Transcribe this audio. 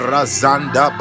Razanda